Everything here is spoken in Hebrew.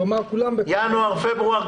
ינואר-פברואר,